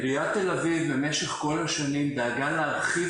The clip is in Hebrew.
עירית תל אביב במשך כל השנים דאגה להרחיב